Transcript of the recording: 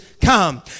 come